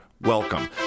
welcome